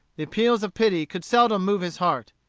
the appeals of pity could seldom move his heart.